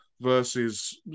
versus